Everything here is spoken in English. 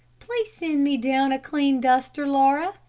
please send me down a clean duster, laura.